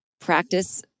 Practice